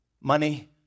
money